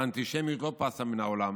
האנטישמיות לא פסה מן העולם,